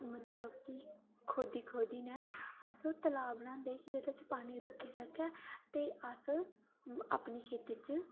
मतलब कि खोदी खोदी अस तलाऽ बनांदे एह्दे च पानी रुकी सकदा ऐ ते अस अपनी खेती च